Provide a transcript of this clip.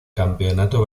campeonato